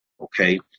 okay